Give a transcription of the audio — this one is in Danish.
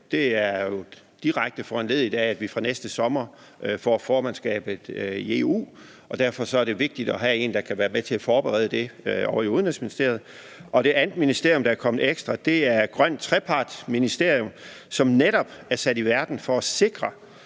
det er jo direkte foranlediget af, at vi fra næste sommer får formandskabet i EU. Derfor er det vigtigt at have en, der kan være med til at forberede det ovre i Udenrigsministeriet. Det andet ministerium, der er kommet ekstra, er Ministeriet for Grøn Trepart, som netop er sat i verden for at sikre,